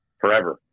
forever